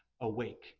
awake